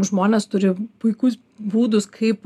žmonės turi puikus būdus kaip